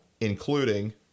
including